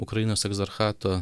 ukrainos egzarchato